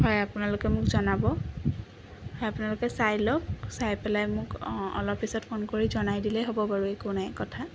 হয় আপোনালোকে মোক জনাব হয় আপোনালোকে চাই লওঁক চাই পেলাই মোক অঁ অলপ পিছত ফোন কৰি জনাই দিলে হ'ব বাৰু একো নাই কথা